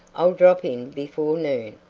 i'll drop in before noon,